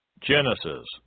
Genesis